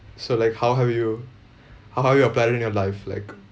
so like how have you how how you apply it in your life like